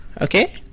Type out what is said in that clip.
okay